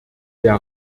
der